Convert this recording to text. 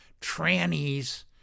trannies